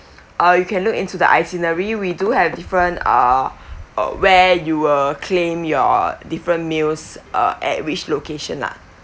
uh you can look into the itinerary we do have different uh uh where you will claim your different meals uh at which location lah